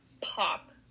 pop